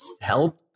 help